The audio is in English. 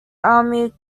army